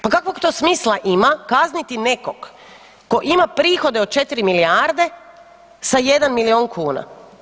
Pa kakvog to smisla ima kazniti nekog ko ima prihode od 4 milijarde sa 1 milijon kuna?